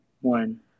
one